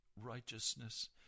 righteousness